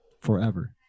forever